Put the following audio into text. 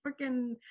freaking